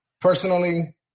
personally